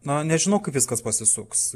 na nežinau kaip viskas pasisuks